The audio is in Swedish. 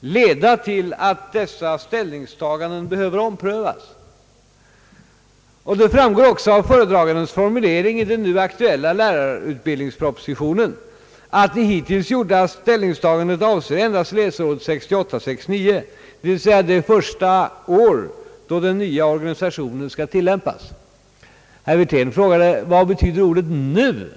leda till att dessa ställningstaganden behöver omprövas. Det framgår också av föredragandens formulering i den nu aktuella lärarutbildningspropositionen, att det hittills gjorda ställningstagandet avser endast läsåret 1968/69, d.v.s. det första år den nya organisationen skall tillämpas. Herr Wirtén frågade: Vad betyder ordet »nu»?